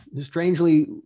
strangely